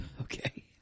Okay